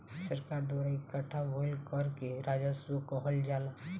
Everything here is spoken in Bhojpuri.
सरकार द्वारा इकट्ठा भईल कर के राजस्व कहल जाला